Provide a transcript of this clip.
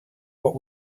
what